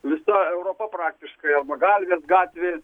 visa europa praktiškai ant pagalvės gatvė